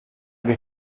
que